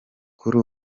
kuri